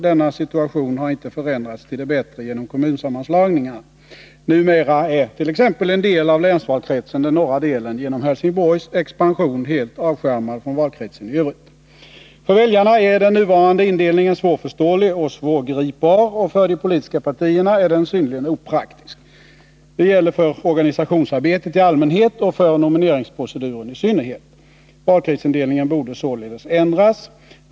Denna situation har inte förändrats till det bättre genom kommunsammanslagningarna. Numera är t.ex. en del av länsvalkretsen — den norra delen — genom Helsingborgs expansion helt avskärmad från valkretsen i övrigt. För väljarna är den nuvarande indelningen svårförståelig och svårgripbar, och för de politiska partierna är den synnerligen opraktisk. Det gäller för organisationsarbetet i allmänhet och för nomineringsproceduren i synnerhet. Valkretsindelningen borde således ändras.